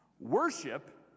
worship